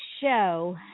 show